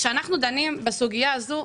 כשאנחנו דנים בסוגיה הזו,